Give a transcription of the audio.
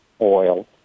oil